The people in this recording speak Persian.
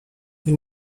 این